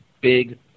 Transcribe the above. big